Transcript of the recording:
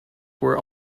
were